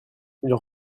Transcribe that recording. ils